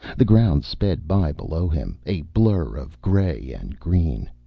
the ground sped by below him, a blur of gray and green.